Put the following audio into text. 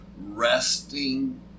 resting